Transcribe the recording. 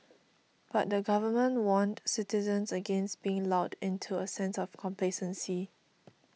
but the Government warned citizens against being lulled into a sense of complacency